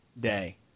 day